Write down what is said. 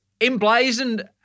emblazoned